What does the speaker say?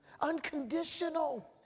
Unconditional